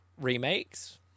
remakes